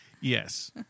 Yes